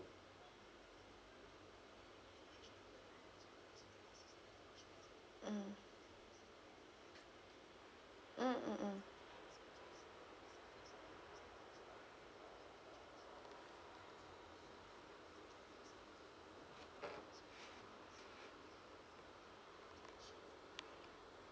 mm